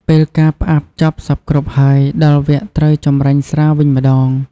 ពេលការផ្អាប់ចប់សព្វគ្រប់ហើយ ដល់វគ្គត្រូវចម្រាញ់ស្រាវិញម្ដង។